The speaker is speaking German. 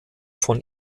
von